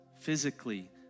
physically